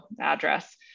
address